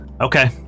Okay